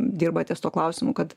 dirba ties tuo klausimu kad